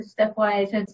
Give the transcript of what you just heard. stepwise